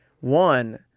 one